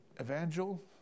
Evangel